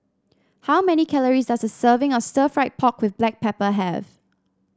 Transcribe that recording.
how many calories does a serving of Stir Fried Pork with Black Pepper have